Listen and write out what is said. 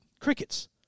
Crickets